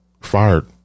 Fired